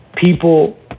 people